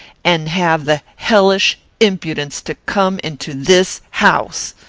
and have the hellish impudence to come into this house!